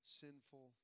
sinful